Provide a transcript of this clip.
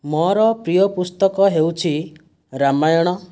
ମୋର ପ୍ରିୟ ପୁସ୍ତକ ହେଉଛି ରାମାୟଣ